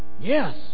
Yes